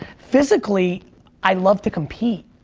physically i love to compete,